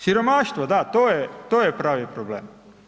Siromaštvo, da to je pravi problem.